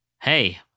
hey